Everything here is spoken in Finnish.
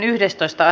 asia